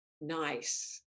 nice